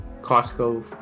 Costco